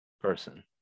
person